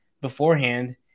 beforehand